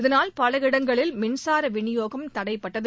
இதனால் பல இடங்களில் மின்சார விநியோகம் தடைபட்டது